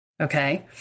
Okay